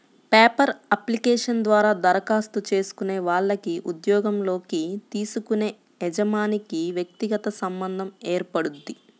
paper application ద్వారా దరఖాస్తు చేసుకునే వాళ్లకి ఉద్యోగంలోకి తీసుకునే యజమానికి వ్యక్తిగత సంబంధం ఏర్పడుద్ది